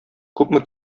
күпме